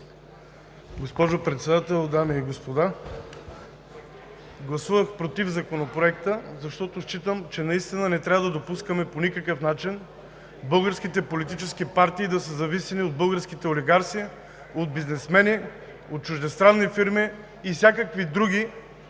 Госпожо Председател, дами и господа! Гласувах „против“ Законопроекта, защото считам, че по никакъв начин не трябва да допускаме българските политически партии да са зависими от българските олигарси, от бизнесмени, от чуждестранни фирми и всякакви други